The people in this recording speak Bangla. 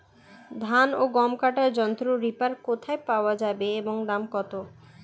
ধান ও গম কাটার যন্ত্র রিপার কোথায় পাওয়া যাবে এবং দাম কত?